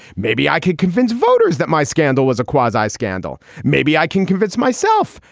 maybe i could convince voters that my scandal was a quasi scandal. maybe i can convince myself.